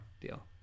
deal